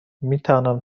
میتوانم